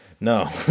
no